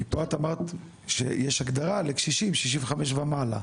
פה את אמרת שיש הגדרה לקשישים 65 ומעלה.